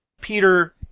Peter